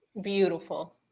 Beautiful